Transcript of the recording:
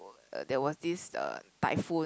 there was this uh typhoon